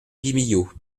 guimiliau